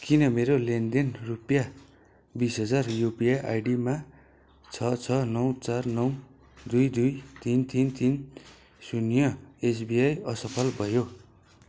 किन मेरो लेनदेन रुपियाँ बिस हजार युपिआई आइडीमा छ छ नौ चार नौ दुई दुई तिन तिन तिन शून्य एसबिआई असफल भयो